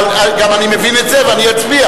אבל אני גם מבין את זה, ואני אצביע.